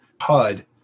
HUD